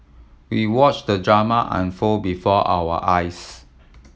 we watched the drama unfold before our eyes